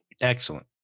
Excellent